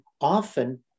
often